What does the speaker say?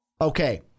Okay